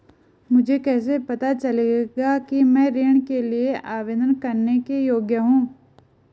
मुझे कैसे पता चलेगा कि मैं ऋण के लिए आवेदन करने के योग्य हूँ?